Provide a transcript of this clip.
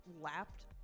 lapped